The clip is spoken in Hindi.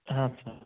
हाँ अच्छा